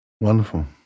Wonderful